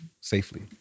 safely